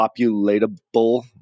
populatable